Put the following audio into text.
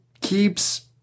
keeps